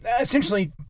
essentially